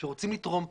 שרוצים לתרום פה,